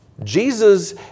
Jesus